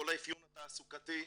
כל האפיון התעסוקתי,